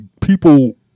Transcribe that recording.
people